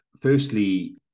Firstly